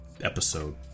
episode